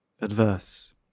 adverse